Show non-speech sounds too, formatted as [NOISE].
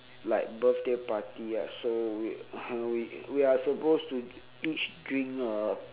like birthday party ah so we [NOISE] we are supposed to each drink a